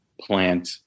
plant